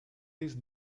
these